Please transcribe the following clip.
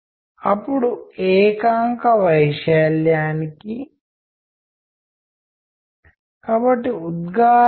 నిద్ర ఇప్పుడు తదుపరి విషయం ఏమిటంటే ఎవరైనా ఏదీ కూడా కమ్యూనికేట్ చేయని ఒక పరిస్థితి గురించి మీరు ఆలోచించగలరా